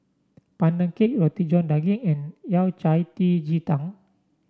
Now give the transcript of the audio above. Pandan Cake Roti John Daging and Yao Cai Ji Tang